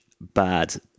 bad